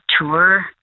tour